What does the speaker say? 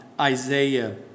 Isaiah